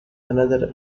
another